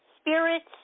spirits